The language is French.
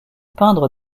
peindre